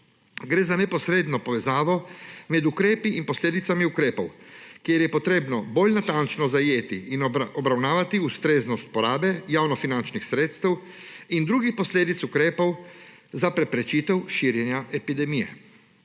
Gre za neposredno povezavo med ukrepi in posledicami ukrepov, kjer je potrebno bolj natančno zajeti in obravnavati ustreznost porabe javnofinančnih sredstev in drugih posledic ukrepov za preprečitev širjenja epidemije.